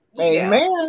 Amen